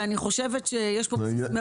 ואני חושבת שיש פה בסיס מעולה.